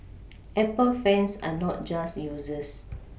Apple fans are not just users